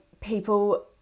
people